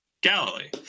Galilee